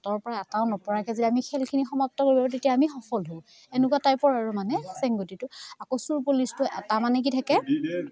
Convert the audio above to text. হাতৰপৰা এটাও নপৰাকৈ যদি আমি খেলখিনি সমাপ্ত কৰিব তেতিয়া আমি সফল হওঁ এনেকুৱা টাইপৰ আৰু মানে চেংগুটিতো আকৌ চোৰ পুলিচটো এটা মানে কি থাকে